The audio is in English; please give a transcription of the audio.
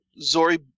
Zori